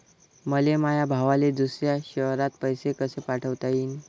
मले माया भावाले दुसऱ्या शयरात पैसे कसे पाठवता येईन?